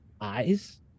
Eyes